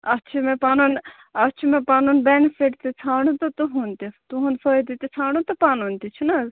اَتھ چھِ مےٚ پنُن اَتھ چھِ مےٚ پنُن بیٚنِفِٹ تہِ ژھاںٛڈُن تہٕ تُہنٛد تہِ تُہنٛد فٲیدٕ تہِ ژھانٛڈُن یہِ پنُن تہِ چھُنَہ حظ